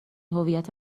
هویت